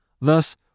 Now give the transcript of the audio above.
Thus